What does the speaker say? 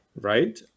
right